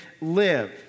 live